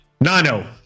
Nano